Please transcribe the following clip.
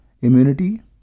immunity